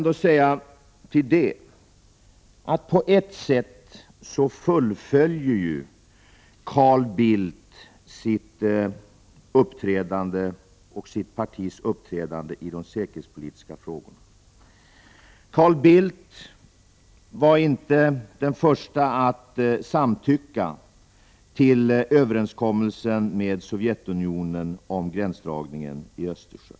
På ett sätt fullföljer Carl Bildt sitt och sitt partis uppträdande i de säkerhetspolitiska frågorna. Carl Bildt var inte den förste att samtycka till överenskommelsen med Sovjetunionen om gränsdragningen i Östersjön.